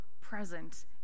present